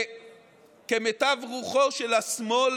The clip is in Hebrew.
כמיטב רוחו של השמאל